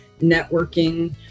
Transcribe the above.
networking